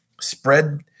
spread